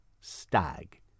stag